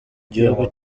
gihugu